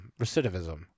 Recidivism